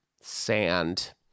sand